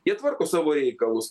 jie tvarko savo reikalus